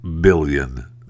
billion